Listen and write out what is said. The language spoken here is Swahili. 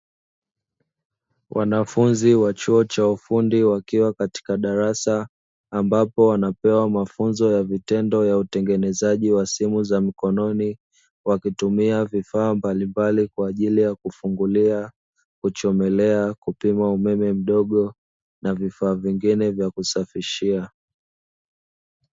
Wanafunzi wa chuo cha ufundi wakiwa katika darasa, ambapo wanapewa mafunzo ya vitendo ya utengenezaji wa simu za mkononii, wakitumia vifaa mbalimbali kwa ajili ya kufungulia, kuchomelea, kupima umeme mdogo na vifaa vingine vya kusafishia.